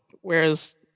whereas